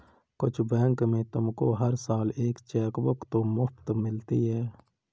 कुछ बैंक में तुमको हर साल एक चेकबुक तो मुफ़्त मिलती है